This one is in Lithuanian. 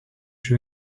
šių